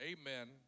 amen